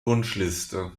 wunschliste